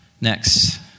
Next